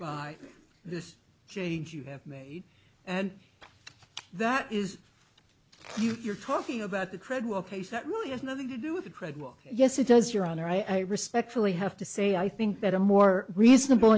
this change you have made and that is you you're talking about the credible case that really has nothing to do with credible yes it does your honor i respectfully have to say i think that a more reasonable